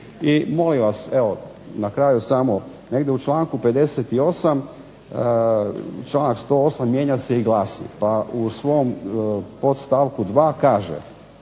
I molim vas evo, na kraju samo negdje u članku 58. članak 108. mijenja se i glasi, pa u svom podstavku 2. kaže